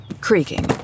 creaking